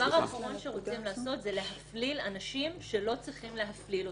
הדבר האחרון שרוצים לעשות זה להפליל אנשים שלא צריכים להפליל אותם.